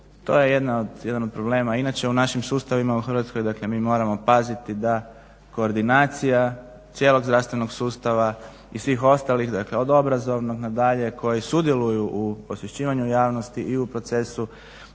To je jedan od problema inače u našim sustavima u Hrvatskoj. Dakle, mi moramo paziti da koordinacija cijelog zdravstvenog sustava i svih ostalih, dakle od obrazovnog nadalje koji sudjeluju u osvješćivanju javnosti i u procesu